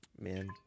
Man